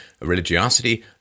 religiosity